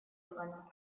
органа